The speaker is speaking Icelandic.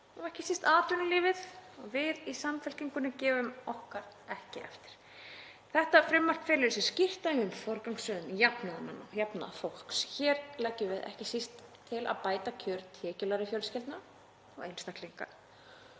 mörkum, ekki síst atvinnulífið, og við í Samfylkingunni gefum okkar ekki eftir. Þetta frumvarp felur í sér skýrt dæmi um forgangsröðun jafnaðarfólks. Hér leggjum við ekki síst til að bæta kjör tekjulægri fjölskyldna og einstaklinga